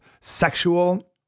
sexual